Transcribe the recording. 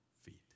feet